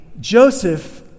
Joseph